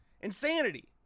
Insanity